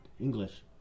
English